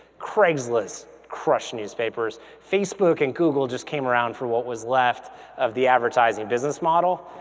craigslist crushed newspapers. facebook and google just came around for what was left of the advertising business model.